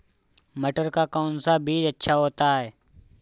मटर का कौन सा बीज अच्छा होता हैं?